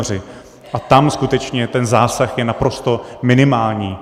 A tam skutečně ten zásah je naprosto minimální.